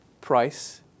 price